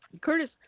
Curtis